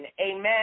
amen